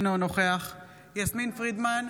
אינו נוכח יסמין פרידמן,